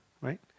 right